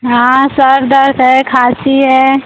हाँ सिर दर्द है खांसी है